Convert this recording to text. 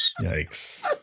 Yikes